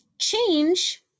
Change